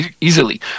easily